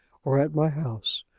or at my house?